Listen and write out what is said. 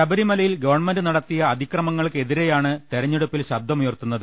ശബ രിമലയിൽ ഗവൺമെന്റ് നടത്തിയ അതിക്രമങ്ങൾക്കെതിരെയാണ് തെരഞ്ഞെടുപ്പിൽ ശബ്ദമുയർത്തുന്നത്